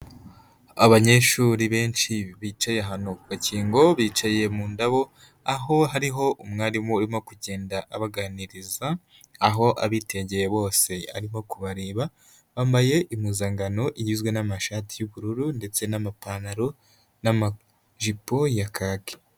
Abanyeshuri benshi bicaye ahantu ku gakingo, bicaye mu ndabo, aho hariho umwarimu urimo kugenda abaganiriza, aho abitegeye bose arimo kubareba, bambaye impuzangano igizwe n'amashati y'ubururu, ndetse n'amapantaro, n'amajipo ya kacye.